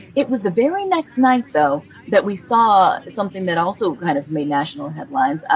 it was the very next night though that we saw something that also kind of made national headlines. ah